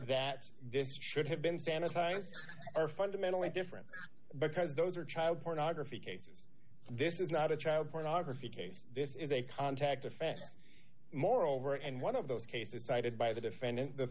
that this should have been sanitized are fundamentally different because those are child pornography cases this is not a child pornography case this is a contact of facts moreover and one of those cases cited by the defendant the